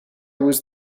was